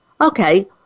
Okay